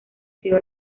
sido